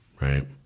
right